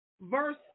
Verse